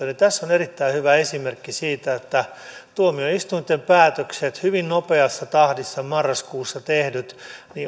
tässä on erittäin hyvä esimerkki siitä että tuomioistuinten päätökset hyvin nopeassa tahdissa marraskuussa tehdyt